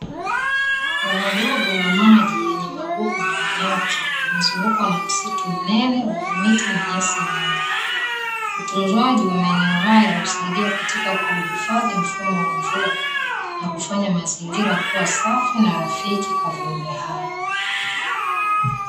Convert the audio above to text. Bwawa dogo la maji lenye magugu ndani yake limezungukwa na msitu mnene wenye miti na nyasi nyingi. Utunzwaji wa maeneo haya husaidia katika kuhifadhi mfumo wa mvua na kufanya mazingira kuwa safi na rafiki kwa viumbe hai.